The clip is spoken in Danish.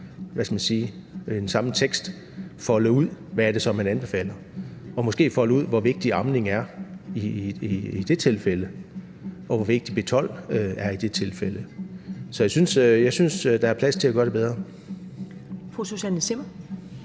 så kunne man jo i den samme tekst folde ud, hvad det så er, man anbefaler, og måske folde ud, hvor vigtig amning er i det tilfælde, og hvor vigtigt B12-vitamin er i det tilfælde. Så jeg synes, at der er plads til at gøre det bedre.